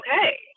okay